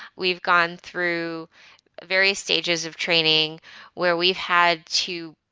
we've gone through various stages of training where we've had to,